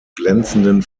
glänzenden